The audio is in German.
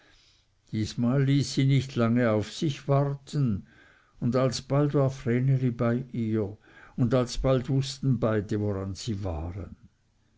diesmal ließ sie nicht lange auf sich warten und alsbald war vreneli bei ihr und alsbald wußten beide woran sie waren